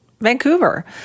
Vancouver